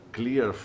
clear